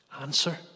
Answer